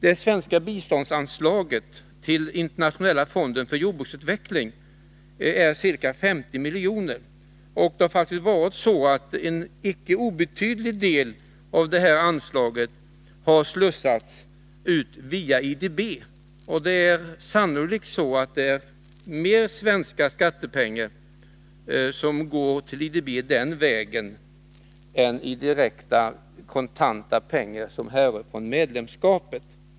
Det svenska biståndsanslaget till Internationella fonden för jordbruksutveckling är ca 50 miljoner. En icke obetydlig del av detta anslag har faktiskt slussats ut via IDB. Sannolikt är det mer svenska skattepengar som den vägen går till IDB än i direkta kontanta inbetalningar som härrör från medlemskapet.